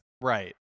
Right